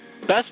Best